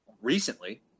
recently